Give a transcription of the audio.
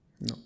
No